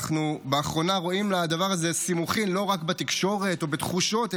אנחנו לאחרונה רואים שלדבר הזה יש סימוכין לא רק בתקשורת או בתחושות,